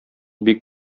бик